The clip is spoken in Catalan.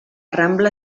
rambla